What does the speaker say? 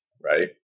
Right